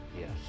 Yes